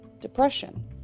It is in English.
depression